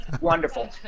wonderful